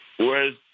Whereas